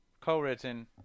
co-written